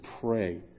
pray